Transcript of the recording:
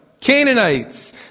Canaanites